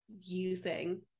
using